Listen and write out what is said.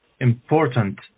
important